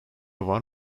var